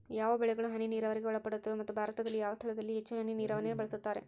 ಯಾವ ಬೆಳೆಗಳು ಹನಿ ನೇರಾವರಿಗೆ ಒಳಪಡುತ್ತವೆ ಮತ್ತು ಭಾರತದಲ್ಲಿ ಯಾವ ಸ್ಥಳದಲ್ಲಿ ಹೆಚ್ಚು ಹನಿ ನೇರಾವರಿಯನ್ನು ಬಳಸುತ್ತಾರೆ?